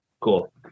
Cool